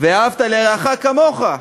"ואהבת לרעך כמוך"